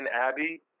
Abbey